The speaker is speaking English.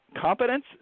competence